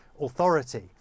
authority